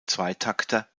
zweitakter